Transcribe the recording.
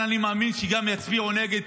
גם כאן אני מאמין שיצביעו נגד,